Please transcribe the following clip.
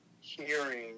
hearing